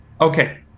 Okay